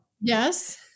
Yes